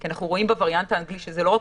כי אנחנו רואים בווריאנט האנגלי שלא רק